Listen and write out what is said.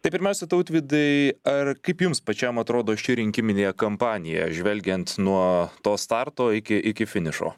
tai pirmiausia tautvydai ar kaip jums pačiam atrodo ši rinkiminė kampanija žvelgiant nuo to starto iki iki finišo